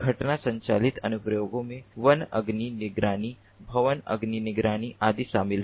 घटना संचालित अनुप्रयोगों में वन अग्नि निगरानी भवन अग्नि निगरानी आदि शामिल हैं